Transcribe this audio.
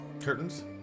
curtains